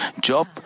Job